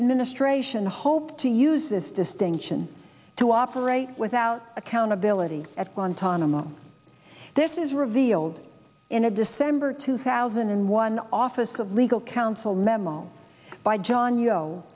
administration hoped to use this distinction to operate without accountability at guantanamo this is revealed in a december two thousand and one office of legal counsel memo by john yo